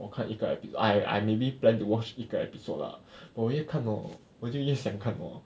我看一个 epid~ I I maybe plan to watch 一个 episode lah 我越看 hor 我就越想看 hor